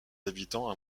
habitants